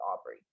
aubrey